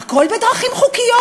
"הכול בדרכים חוקיות",